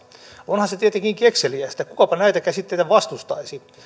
onhan se tietenkin kekseliästä kukapa näitä käsitteitä vastustaisi